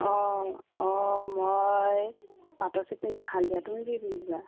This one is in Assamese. অঁ অঁ মই পাটৰ চেট পিন্ধি যাম হালধীয়া তুমি কি পিন্ধিবা